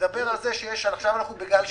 ונדבר על זה שעכשיו אנחנו בגל 12,